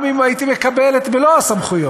גם אם הייתי מקבל את מלוא הסמכויות,